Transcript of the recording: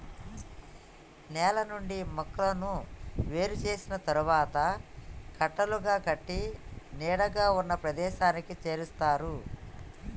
నేల నుండి మొక్కలను ఏరు చేసిన తరువాత కట్టలుగా కట్టి నీడగా ఉన్న ప్రదేశానికి చేరుస్తారు